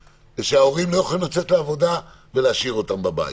שההורים לא יכולים לצאת לעבודה ולהשאיר אותם בבית.